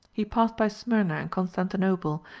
he passed by smyrna and constantinople,